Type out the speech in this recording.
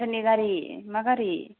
सोरनि गारि मा गारि